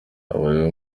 habayeho